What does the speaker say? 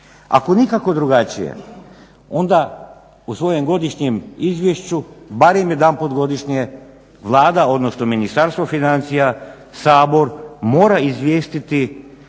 Ako nikako drugačije, onda u svojem godišnjem izvješću barem jedanput godišnje Vlada odnosno Ministarstvo financija, Sabor, mora izvijestiti